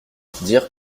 dire